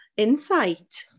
insight